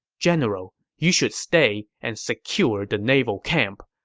general, you should stay and secure the naval camp.